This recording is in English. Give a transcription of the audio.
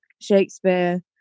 Shakespeare